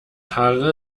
haare